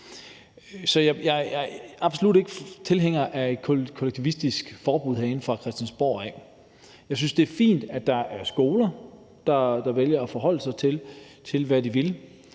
Jeg er absolut ikke tilhænger af et kollektivistisk forbud herinde fra Christiansborg af. Jeg synes, det er fint, at der er skoler, der vælger at forholde sig til, hvad de vil.